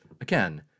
again